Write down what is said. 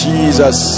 Jesus